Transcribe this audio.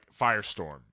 firestorm